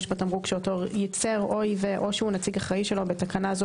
בתמרוק שאותו ייצר או ייבא או שהוא הנציג האחראי שלו (בתקנה זו,